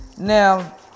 Now